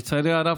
לצערי הרב,